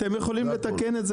אתם יכולים לתקן את זה